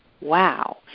Wow